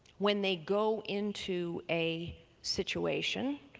when they go into a situation,